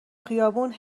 خیابون